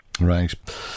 Right